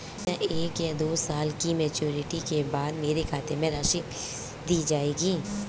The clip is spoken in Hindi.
क्या एक या दो साल की मैच्योरिटी के बाद मेरे खाते में राशि भेज दी जाएगी?